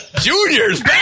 Junior's